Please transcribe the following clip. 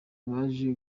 baje